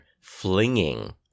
flinging